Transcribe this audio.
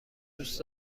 دوست